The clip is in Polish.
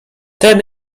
ten